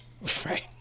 Right